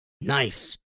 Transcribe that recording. Nice